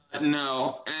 No